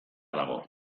dago